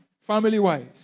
family-wise